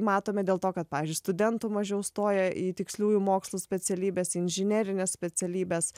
matome dėl to kad pavyzdžiui studentų mažiau stoja į tiksliųjų mokslų specialybes inžinerines specialybes